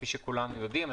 כפי שכולנו יודעים.